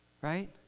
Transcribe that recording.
right